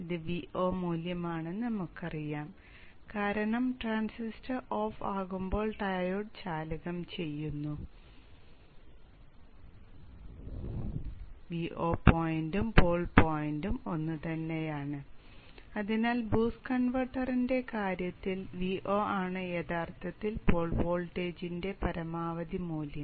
ഇത് Vo മൂല്യമാണെന്ന് നമുക്കറിയാം കാരണം ട്രാൻസിസ്റ്റർ ഓഫ് ആകുമ്പോൾ ഡയോഡ് ചാലകം ചെയ്യുന്നു Vo പോയിന്റും പോൾ പോയിന്റും ഒന്നുതന്നെയാണ് അതിനാൽ BOOST കൺവെർട്ടറിന്റെ കാര്യത്തിൽ Vo ആണ് യഥാർത്ഥത്തിൽ പോൾ വോൾട്ടേജിന്റെ പരമാവധി മൂല്യം